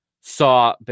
saw